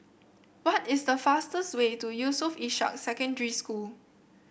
what is the fastest way to Yusof Ishak Secondary School